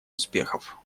успехов